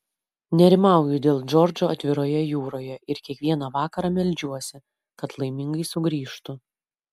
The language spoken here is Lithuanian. nerimauju dėl džordžo atviroje jūroje ir kiekvieną vakarą meldžiuosi kad laimingai sugrįžtų